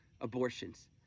abortions